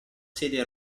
sedia